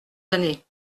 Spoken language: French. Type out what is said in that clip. années